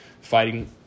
fighting